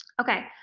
okay.